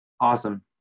awesome